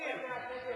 אני לא מבין.